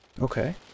Okay